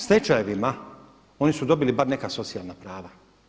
Stečajevima oni su dobili bar neka socijalna prava.